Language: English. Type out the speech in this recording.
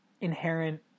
inherent